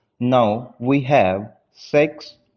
now we have six,